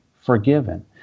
forgiven